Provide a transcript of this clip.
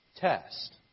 test